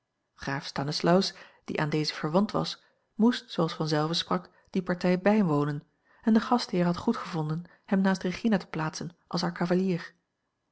graaf stanislaus die aan dezen verwant was moest zooals vanzelve sprak die partij bijwonen en de gastheer had goedgevonden hem naast regina te plaatsen als haar cavalier